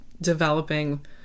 developing